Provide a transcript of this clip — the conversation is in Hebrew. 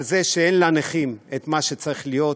על זה שאין לנכים מה שצריך להיות,